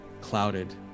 clouded